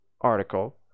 article